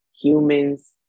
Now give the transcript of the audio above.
humans